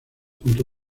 junto